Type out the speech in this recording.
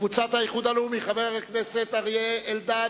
קבוצת האיחוד הלאומי, חבר הכנסת אריה אלדד,